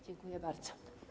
Dziękuję bardzo.